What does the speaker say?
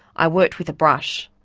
i worked with a brush,